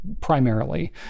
primarily